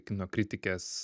kino kritikės